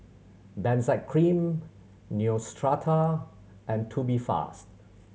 Benzac Cream Neostrata and Tubifast